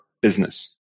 business